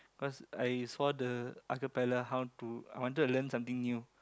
cause I saw the acapella how to I wanted to learn something new